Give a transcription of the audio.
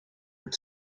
het